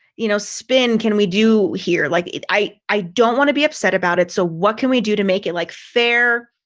you know, spin can we do here? like, i i don't want to be upset about it. so what can we do to make it like fair,